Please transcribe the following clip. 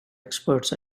experts